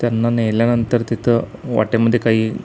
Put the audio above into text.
त्यांना नेल्यानंतर तिथं वाटेमध्ये काही